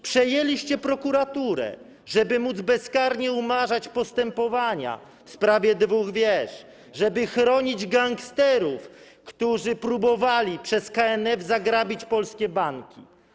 Przejęliście prokuraturę, żeby móc bezkarnie umarzać postępowania w sprawie dwóch wież, żeby chronić gangsterów, którzy próbowali przez KNF zagrabić polskie banki.